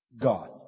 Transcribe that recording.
God